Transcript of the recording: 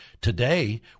Today